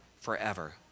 forever